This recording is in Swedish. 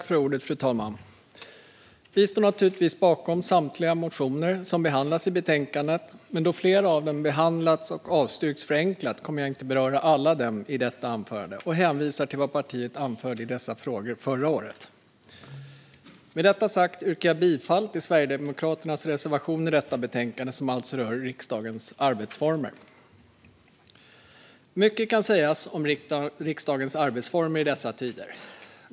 Fru talman! Vi står naturligtvis bakom samtliga våra motioner som behandlas i betänkandet, men då flera av dem behandlats och avstyrkts förenklat kommer jag inte att beröra dem alla i detta anförande. Jag hänvisar till vad partiet anförde i dessa frågor förra året. Med detta sagt yrkar jag bifall till Sverigedemokraternas reservation i detta betänkande, som alltså rör riksdagens arbetsformer. Mycket kan sägas om riksdagens arbetsformer i dessa tider.